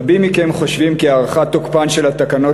רבים מכם חושבים כי הארכת תוקפן של התקנות